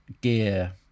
Gear